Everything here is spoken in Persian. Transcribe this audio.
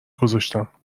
گذاشتم